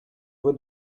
vos